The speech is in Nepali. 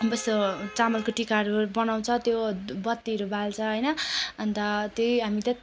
अब यसो चामलको टिकाहरू बनाउँछ त्यो बत्तीहरू बाल्छ होइन अन्त त्यही हामी त्यही त